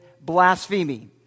blasphemy